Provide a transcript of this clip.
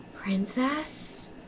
princess